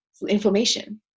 inflammation